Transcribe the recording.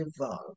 evolve